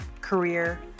career